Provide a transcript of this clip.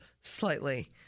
slightly